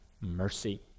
mercy